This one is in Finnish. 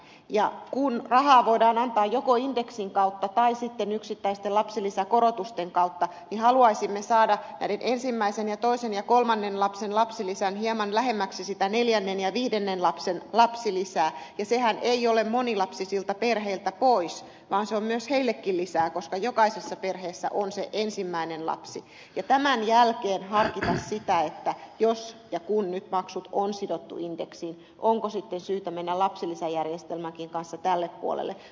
kun rahaa voidaan antaa joko indeksin kautta tai sitten yksittäisten lapsilisäkorotusten kautta niin haluaisimme saada ensimmäisen toisen ja kolmannen lapsen lapsilisän hieman lähemmäksi sitä neljännen ja viidennen lapsen lapsilisää ja sehän ei ole monilapsisilta perheiltä pois vaan on myös heillekin lisää koska jokaisessa perheessä on se ensimmäinen lapsi ja tämän jälkeen harkita sitä jos ja kun nyt maksut on sidottu indeksiin onko sitten syytä mennä lapsilisäjärjestelmänkin kanssa tälle puolelle